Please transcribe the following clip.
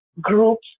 groups